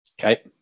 Okay